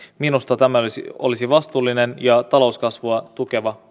minusta tämä olisi olisi vastuullinen ja talouskasvua tukeva